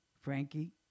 Frankie